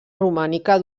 romànica